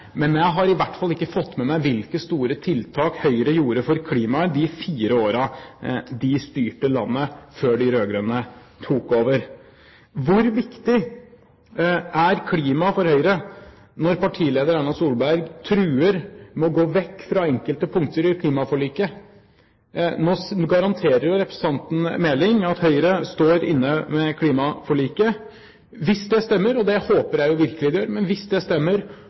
men jeg har i hvert fall ikke fått med meg hvilke store tiltak Høyre gjorde for klimaet de fire årene de styrte landet, før de rød-grønne tok over. Hvor viktig er klima for Høyre når partileder Erna Solberg truer med å gå vekk fra enkelte punkter i klimaforliket? Nå garanterer representanten Meling at Høyre står ved klimaforliket. Hvis det stemmer – og det håper jeg virkelig det gjør